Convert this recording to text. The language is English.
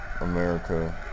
america